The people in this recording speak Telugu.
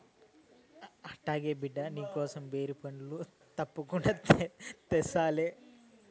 అట్లాగే బిడ్డా, నీకోసం బేరి పండ్లు తప్పకుండా తెస్తాలే